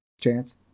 Chance